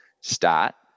stat